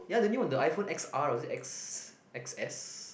ya the new one the iPhone X_R or X X_S